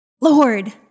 Lord